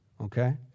okay